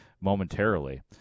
momentarily